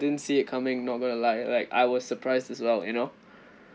didn't see it coming not gonna lie like I was surprised as well you know